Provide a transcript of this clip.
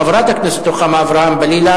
חברת הכנסת רוחמה אברהם-בלילא,